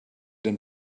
den